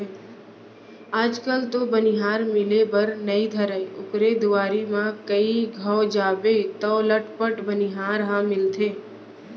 आज कल तो बनिहार मिले बर नइ धरय ओकर दुवारी म कइ घौं जाबे तौ लटपट बनिहार ह मिलथे